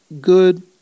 good